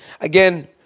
Again